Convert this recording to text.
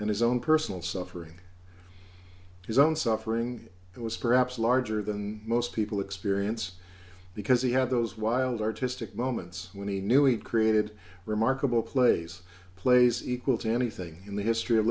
and his own personal suffering his own suffering it was perhaps larger than most people experience because he had those wild artistic moments when he knew he had created a remarkable place plays equal to anything in the history of